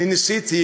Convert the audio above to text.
אני ניסיתי,